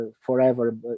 forever